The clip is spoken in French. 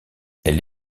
elle